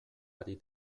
ari